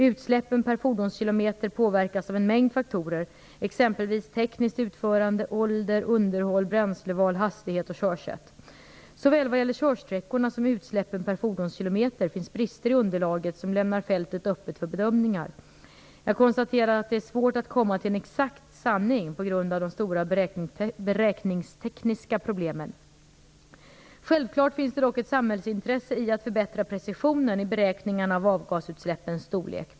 Utsläppen per fordonskilometer påverkas av en mängd faktorer, exempelvis tekniskt utförande, ålder, underhåll, bränsleval, hastighet och körsätt. Vad gäller såväl körsträckorna som utsläppen per fordonskilometer finns det brister i underlaget som lämnar fältet öppet för bedömningar. Jag konstaterar att det är svårt att komma till en exakt sanning på grund av de stora beräkningstekniska problemen. Självklart finns det dock ett samhällsintresse i att förbättra precisionen i beräkningarna av avgasutsläppens storlek.